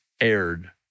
aired